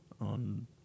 on